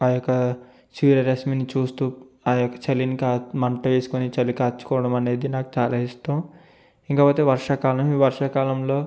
ఆ యొక్క సూర్యరశ్మిని చూస్తూ అ యొక్క చలిని కా మంటేసుకొని చలి కాచుకోవడం అనేది నాకు చాలా ఇష్టం ఇకపోతే వర్షాకాలం ఈ వర్షాకాలంలో